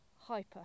hyper